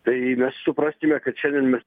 tai mes supraskime kad šiandien mes